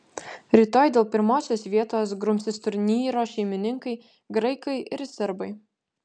rytoj dėl pirmosios vietos grumsis turnyro šeimininkai graikai ir serbai